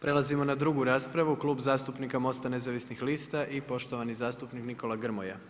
Prelazimo na drugu raspravu, Klub zastupnika MOST-a nezavisnih lista i poštovani zastupnik Nikola Grmoja.